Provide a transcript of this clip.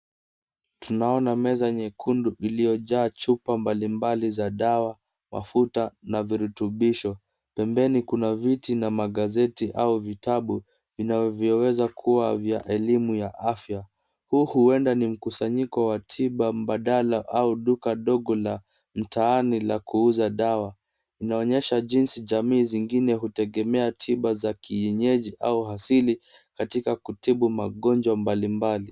Tunaona meza nyekundu iliyojaa chupa mbalimbali za dawa, mafuta na virutubisho. Pembeni kuna viti na magazeti au vitabu vinavyoweza kuwa vya elimu ya afya. Huu huenda ni mkusanyiko wa tiba mbadala au duka dogo la mtaani la kuuza dawa. Inaonyesha jinsi jamii zingine hutegemea tiba za kienyeji au asili katika kutibu magonjwa mbalimbali.